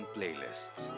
Playlists